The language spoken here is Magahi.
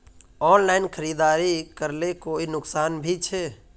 ऑनलाइन खरीदारी करले कोई नुकसान भी छे?